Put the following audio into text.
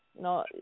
No